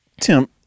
Tim